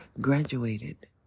graduated